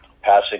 passing